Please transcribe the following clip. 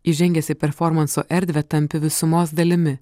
įžengęs į performanso erdvę tampi visumos dalimi